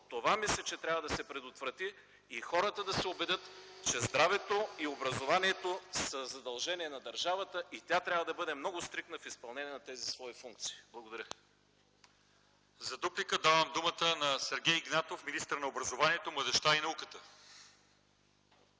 това мисля, че трябва да се предотврати и хората да се убедят, че здравето и образованието са задължение на държавата и тя трябва да бъде много стриктна при изпълнение на тези свои функции. Благодаря. ПРЕДСЕДАТЕЛ ЛЪЧЕЗАР ИВАНОВ: За дуплика давам думата на Сергей Игнатов – министър на образованието, младежта и науката.